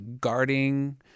guarding